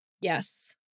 Yes